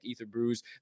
Etherbrews